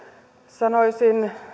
sanoisin